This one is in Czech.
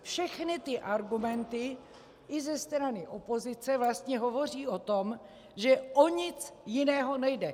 Všechny ty argumenty i ze strany opozice vlastně hovoří o tom, že o nic jiného nejde.